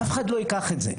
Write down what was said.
אף אחד לא ייקח את זה.